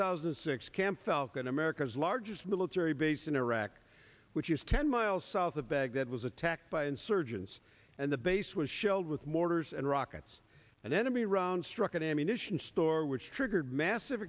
thousand and six camp falcon america's largest military base in iraq which is ten miles south of baghdad was attacked by insurgents and the base was shelled with mortars and rockets and enemy rounds struck an ammunition store which triggered massive